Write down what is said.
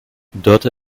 dörte